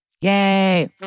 Yay